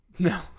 No